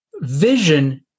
vision